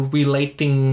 relating